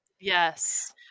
Yes